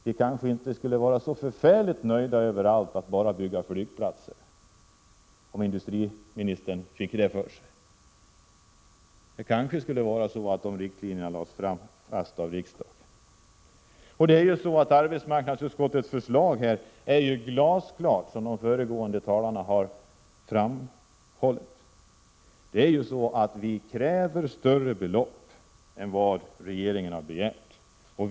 Folk skulle kanske inte vara så förfärligt nöjda överallt, om industriministern fick för sig att det bara skulle byggas flygplatser. Kanske borde riktlinjerna läggas fast av riksdagen. Arbetsmarknadsutskottets förslag är glasklart, har de föregående talarna framhållit. Vi kräver större belopp än vad regeringen har föreslagit.